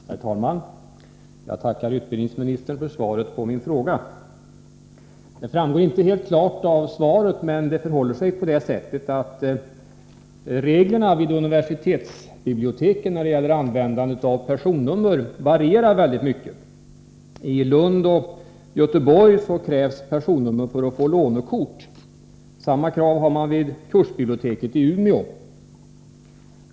Herr talman! Jag tackar utbildningsministern för svaret på min fråga. Det framgår inte klart av svaret, men det förhåller sig på det sättet, att reglerna vid universitetsbiblioteken när det gäller användandet av personnummer varierar mycket. I Lund och Göteborg krävs personnummer för att få lånekort. Samma krav har man vid kursbiblioteket i Umeå.